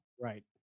right